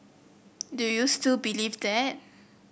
do you still believe that